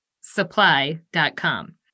supply.com